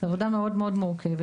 זו עבודה מאוד-מאוד מורכבת,